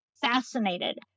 fascinated